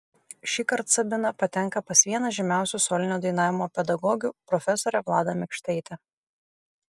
šįkart sabina patenka pas vieną žymiausių solinio dainavimo pedagogių profesorę vladą mikštaitę